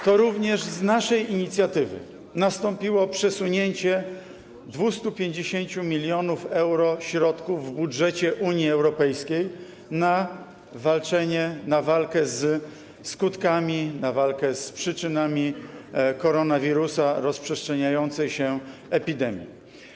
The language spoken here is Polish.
To również z naszej inicjatywy nastąpiło przesunięcie 250 mln euro środków w budżecie Unii Europejskiej na walkę ze skutkami, na walkę z przyczynami koronawirusa, rozprzestrzeniającej się epidemii.